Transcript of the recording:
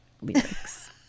lyrics